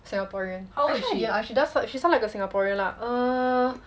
singaporean I don't know she does she's sound like a singaporean lah err